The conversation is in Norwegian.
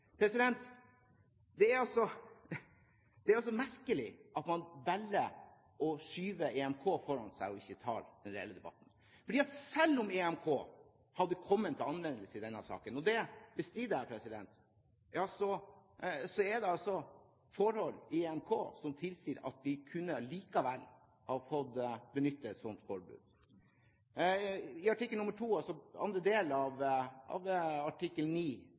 Det er merkelig at man velger å skyve EMK foran seg og ikke tar den reelle debatten, for selv om EMK hadde kommet til anvendelse i denne saken – og det bestrider jeg – er det forhold i EMK som tilsier at vi likevel kunne ha fått benyttet et slikt forbud. I andre del av artikkel 9 i EMK står det ganske klart at når det er nødvendig i et demokratisk samfunn – altså forholdsmessighet – av